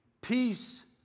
Peace